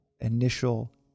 initial